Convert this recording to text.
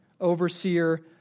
overseer